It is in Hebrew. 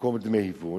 במקום דמי היוון,